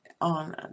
on